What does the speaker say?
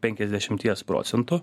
penkiasdešimties procentų